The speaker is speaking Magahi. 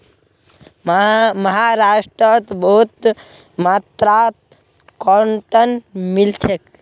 महाराष्ट्रत बहुत मात्रात कॉटन मिल छेक